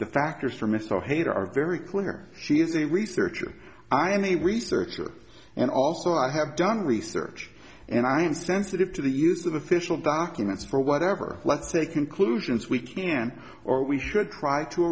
the factors for mr haider are very clear she is a researcher i am a researcher and also i have done research and i am sensitive to the use of official documents for whatever let's say conclusions we can or we should try to